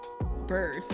birth